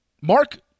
Mark